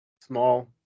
small